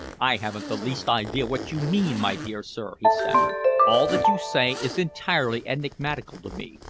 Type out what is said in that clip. i haven't the least idea what you mean, my dear sir, he stammered. all that you say is entirely enigmatical to me.